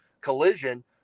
Collision